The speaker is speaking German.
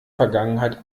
vergangenheit